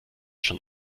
schon